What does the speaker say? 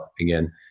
again